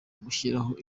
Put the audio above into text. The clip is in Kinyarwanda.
gushyiraho